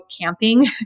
camping